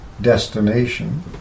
destination